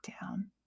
down